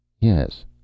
Yes